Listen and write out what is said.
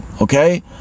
okay